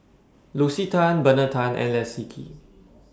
Lucy Tan Bernard Tan and Leslie Kee